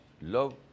love